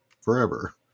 forever